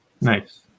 nice